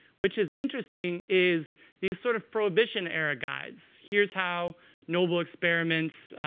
which is interesting, is these sort of prohibition era guides. here's how noble experiments,